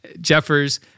Jeffers